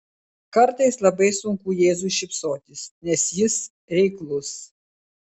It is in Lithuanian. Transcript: kartais labai sunku jėzui šypsotis nes jis reiklus